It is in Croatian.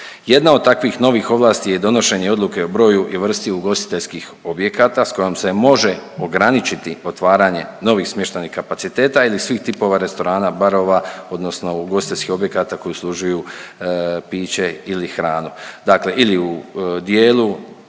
Jedna od takvih novih ovlasti je donošenje odluke o broju i vrsti ugostiteljskih objekata s kojom se može ograničiti otvaranje novih smještajnih kapaciteta ili svih tipova restorana, barova odnosno ugostiteljskih objekata koji uslužuju piće ili hranu, dakle ili u dijelu